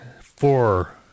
four